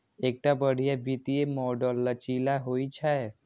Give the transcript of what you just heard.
एकटा बढ़िया वित्तीय मॉडल लचीला होइ छै